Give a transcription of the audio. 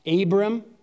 Abram